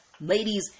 ladies